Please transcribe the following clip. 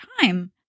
time